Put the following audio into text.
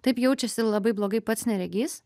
taip jaučiasi labai blogai pats neregys